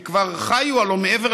הם כבר חיו, הלוא, מעבר